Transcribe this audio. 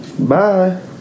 Bye